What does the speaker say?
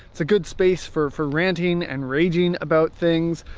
it's a good space for for ranting and raging about things,